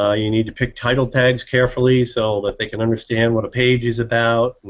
ah you need to pick title tags carefully so that they can understand what a page is about,